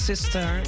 Sister